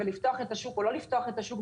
ולפתוח את השוק או לא לפתוח את השוק,